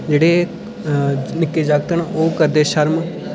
जेह्ड़े निक्के जागत न ओह् करदे शर्म